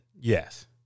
Yes